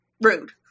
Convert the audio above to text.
rude